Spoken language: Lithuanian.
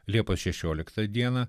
liepos šešioliktą dieną